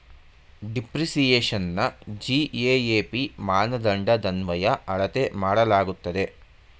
ಡಿಪ್ರಿಸಿಯೇಶನ್ನ GAAP ಮಾನದಂಡದನ್ವಯ ಅಳತೆ ಮಾಡಲಾಗುತ್ತದೆ